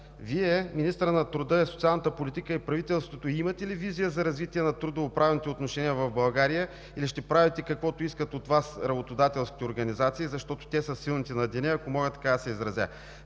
Вие, министърът на труда и социалната политика и правителството имате ли визия за развитие на трудовоправните отношения в България или правите каквото искат от Вас работодателските организации, защото те са силните на деня, ако мога така да се изразя.